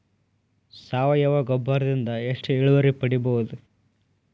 ಸಾವಯವ ಗೊಬ್ಬರದಿಂದ ಎಷ್ಟ ಇಳುವರಿ ಪಡಿಬಹುದ?